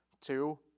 Two